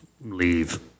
leave